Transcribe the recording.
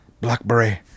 blackberry